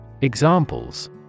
Examples